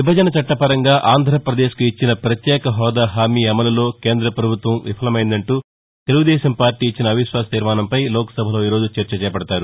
విభజన చట్లపరంగా ఆంధ్రప్రదేశ్కు ఇచ్చిన పత్యేకహూదా హామీ అమలులో కేంద పభుత్వం విఫలమైందంటూ తెలుగుదేశం పార్టీ ఇచ్చిన అవిశ్వాస తీర్మానంపై లోక్ సభలో ఈ రోజు చర్చ చేపడతారు